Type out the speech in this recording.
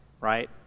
right